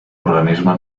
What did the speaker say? organisme